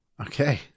Okay